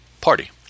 party